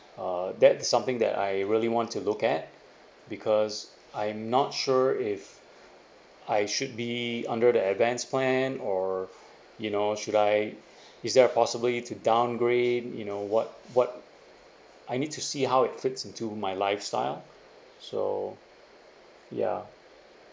uh that is something that I really want to look at because I'm not sure if I should be under the advance plan or you know should I is there possibility to downgrade you know what what I need to see how it fits into my life style so ya